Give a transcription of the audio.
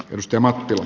systemaattista